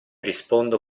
rispondo